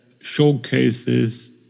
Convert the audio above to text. showcases